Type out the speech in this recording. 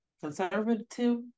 conservative